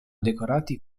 decorati